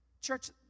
Church